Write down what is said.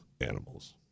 animals